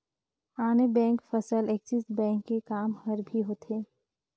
आने बेंक फसल Axis bank के काम हर भी होथे